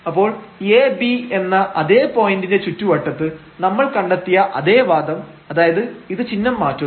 അപ്പോൾ ab എന്ന അതേ പോയന്റിന്റെ ചുറ്റുവട്ടത്ത് നമ്മൾ കണ്ടെത്തിയ അതേ വാദം അതായത് ഇത് ചിഹ്നം മാറ്റുന്നു